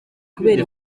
kubera